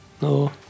No